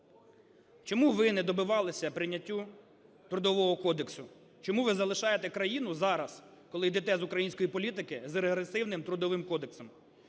чому ви не добивалися прийняття Трудового кодексу? Чому ви залишаєте країну зараз, коли йдете з української політики з регресивним Трудовим кодексом?